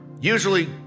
Usually